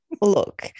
Look